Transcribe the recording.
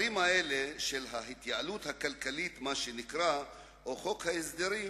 שההתייעלות הכלכלית, או חוק ההסדרים,